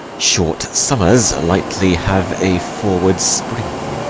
short summers lightly have a forward spring.